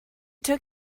took